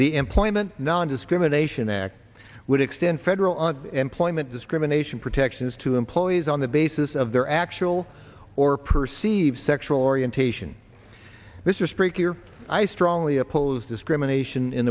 the employment nondiscrimination act would extend federal employment discrimination protections to employees on the basis of their actual or perceived sexual orientation mr st cyr i strongly oppose discrimination in